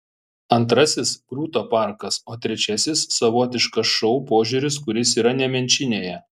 antrasis grūto parkas o trečiasis savotiškas šou požiūris kuris yra nemenčinėje